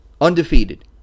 Undefeated